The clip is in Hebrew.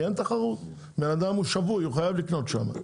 כי אין תחרות, בן אדם שבוי, הוא חייב לקנות שם.